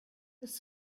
this